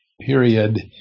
period